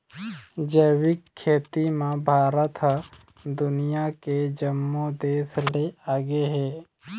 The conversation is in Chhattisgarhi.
जैविक खेती म भारत ह दुनिया के जम्मो देस ले आगे हे